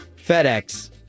FedEx